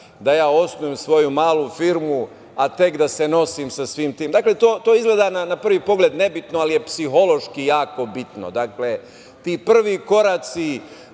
da osnujem svoju malu firmu, a tek da se nosim sa svim tim. To izgleda na prvi pogled nebitno, ali je psihološki jako bitno. Ti prvi koraci